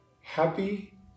happy